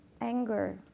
anger